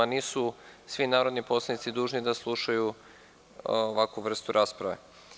Nisu svi narodni poslanici dužni da slušaju ovakvu vrstu rasprave.